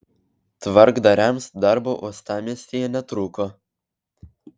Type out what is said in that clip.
tvarkdariams darbo uostamiestyje netrūko